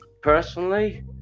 personally